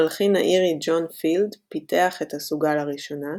המלחין האירי ג'ון פילד פיתח את הסוגה לראשונה,